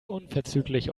unverzüglich